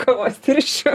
kavos tirščių